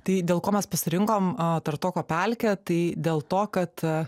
tai dėl ko mes pasirinkom tartoko pelkę tai dėl to kad